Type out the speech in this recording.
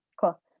Cool